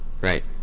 Right